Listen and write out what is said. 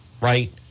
right